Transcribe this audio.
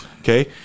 okay